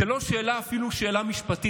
זאת אפילו לא שאלה משפטית,